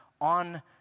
on